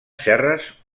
serres